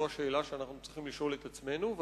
זו השאלה שאנחנו צריכים לשאול את עצמנו.